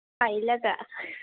हाय लोगो